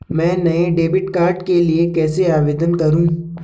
मैं नए debit card के लिए कैसे आवेदन करूं?